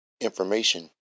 information